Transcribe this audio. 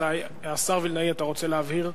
השר וילנאי, אתה רוצה להבהיר?